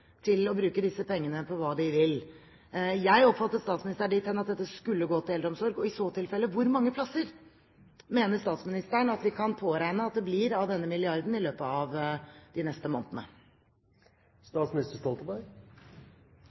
til å bruke disse pengene på hva de vil? Jeg oppfattet statsministeren dit hen at dette skulle gå til eldreomsorg, og i så tilfelle: Hvor mange plasser mener statsministeren at vi kan påregne at det blir av denne milliarden i løpet av de neste månedene?